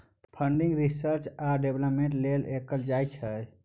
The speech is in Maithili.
फंडिंग रिसर्च आ डेवलपमेंट लेल कएल जाइ छै